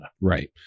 right